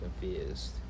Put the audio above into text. confused